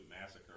massacre